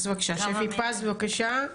שפי פז, בבקשה.